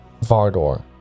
Vardor